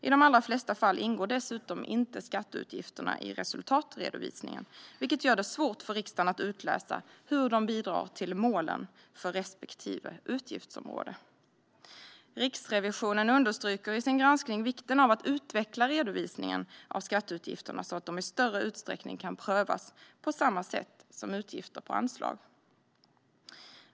I de allra flesta fall ingår dessutom inte skatteutgifterna i resultatredovisningen, vilket gör det svårt för riksdagen att utläsa hur de bidrar till målen för respektive utgiftsområde. Riksrevisionen understryker i sin granskning vikten av att utveckla redovisningen av skatteutgifterna, så att de i större utsträckning kan prövas på samma sätt som utgifter på anslag.